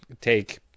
take